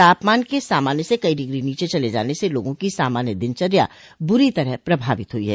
तापमान के सामान्य से कई डिग्री नीचे चले जाने से लोगों की सामान्य दिनचर्या बुरी तरह प्रभावित हुई है